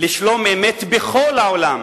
לשלום-אמת בכל העולם